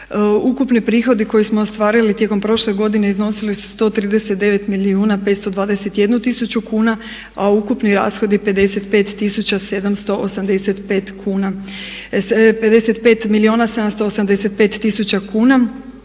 Ukupni prihodi koje smo ostvarili tijekom prošle godine iznosili su 139 milijuna 521 tisuću kuna a ukupni rashodi 55 milijuna 787 tisuća kuna.